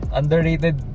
underrated